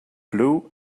blue